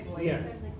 Yes